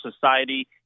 society